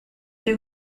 des